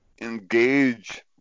engage